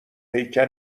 پیکر